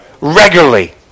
Regularly